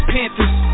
Panthers